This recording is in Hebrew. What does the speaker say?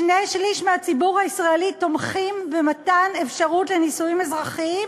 שני-שלישים מהציבור הישראלי תומכים במתן אפשרות לנישואים אזרחיים,